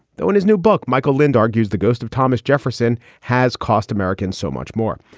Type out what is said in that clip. though. in his new book, michael lind argues the ghost of thomas jefferson has cost americans so much more.